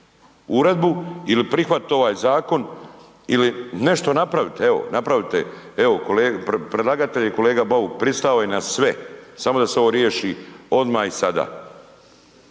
uredbu ili prihvatit ovaj zakon ili nešto napravite evo, napravite evo predlagatelj i kolega Bauk pristao je na sve samo da se ovo riješi odma i sada,